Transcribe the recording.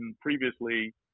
previously